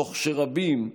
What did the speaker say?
תוך שרבים,